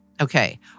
Okay